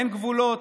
אין גבולות.